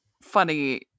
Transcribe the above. funny